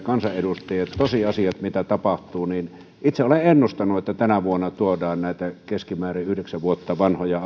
tosiasiat mitä tapahtuu itse olen ennustanut että tänä vuonna tuodaan näitä keskimäärin yhdeksän vuotta vanhoja